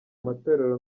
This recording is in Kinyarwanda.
amatorero